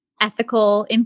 ethical